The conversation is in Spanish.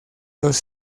los